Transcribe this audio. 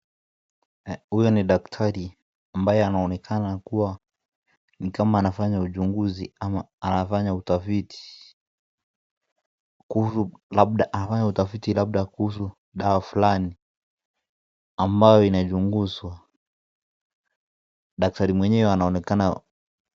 Huyu ni daktari ambaye anaonekana kuwa ni kama anafanya uchunguzi ama anafanya utafiti kuhusu labda, anafanya utafiti labda kuhusu dawa fulani ambayo inachunguzwa. Daktari mwenyewe anaonekana .